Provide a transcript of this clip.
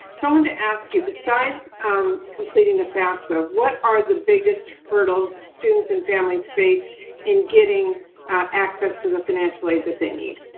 so wanted to ask you, besides um completing the fafsa, what are the biggest hurdles students and families face in getting access to the financial aid that they need?